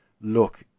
look